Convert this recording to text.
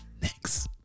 next